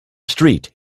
street